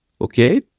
Okay